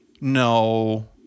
No